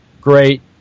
great